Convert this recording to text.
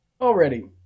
already